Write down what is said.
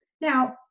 Now